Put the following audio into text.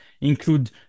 include